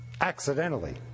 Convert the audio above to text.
accidentally